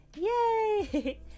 Yay